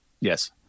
Yes